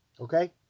okay